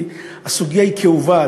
כי הסוגיה היא כאובה,